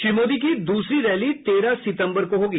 श्री मोदी की दूसरी रैली तेरह सितम्बर को होगी